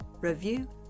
review